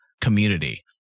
community